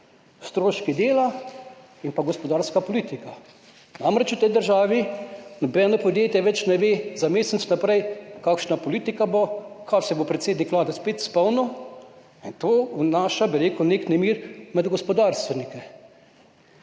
Stroški dela in gospodarska politika, namreč v tej državi nobeno podjetje več ne ve za mesec vnaprej, kakšna politika bo, kaj se bo predsednik Vlade spet spomnil, kar vnaša nek nemir med gospodarstvenike.